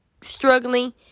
struggling